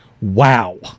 Wow